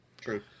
True